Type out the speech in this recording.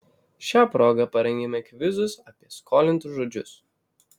šia proga parengėme kvizus apie skolintus žodžius